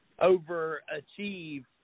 overachieve